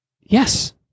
Yes